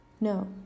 No